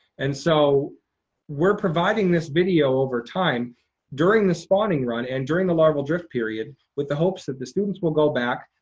and so we're providing this video over time during this spawning run and during the larval drift period with the hopes that the students will go back,